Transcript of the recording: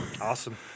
Awesome